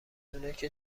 اوناکه